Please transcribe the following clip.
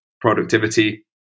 productivity